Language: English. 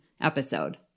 episode